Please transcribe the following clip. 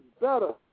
better